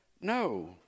No